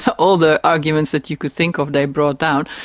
ah all the arguments that you could think of they brought down.